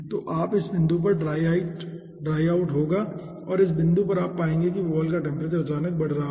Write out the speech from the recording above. तो आप इस बिंदु पर ड्राई आउट होगा और इस बिंदु पर आप पाएंगे कि वाल का टेम्परेचर अचानक बढ़ रहा है